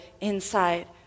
inside